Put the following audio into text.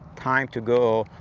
time to go,